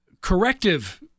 corrective